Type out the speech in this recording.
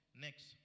Next